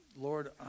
Lord